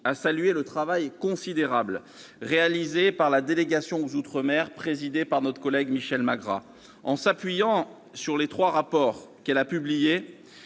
à saluer le travail considérable accompli par la délégation sénatoriale aux outre-mer, que préside notre collègue Michel Magras. En s'appuyant sur les trois rapports qu'elle a publiés